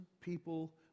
people